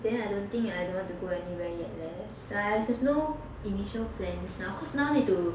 then I don't think I don't want to go anywhere yet leh like I have no initial plans lah cause now need to